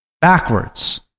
backwards